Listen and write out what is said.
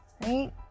right